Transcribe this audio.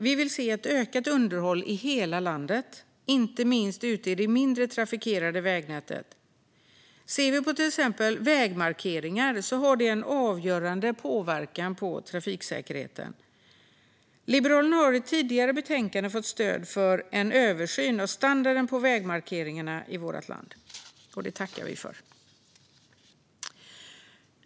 Vi vill se ett ökat underhåll i hela landet, inte minst ute i det mindre trafikerade vägnätet. Exempelvis vägmarkeringar har en avgörande påverkan på trafiksäkerheten. Liberalerna har i ett tidigare betänkande fått stöd för en översyn av standarden på vägmarkeringarna i vårt land; det tackar vi för.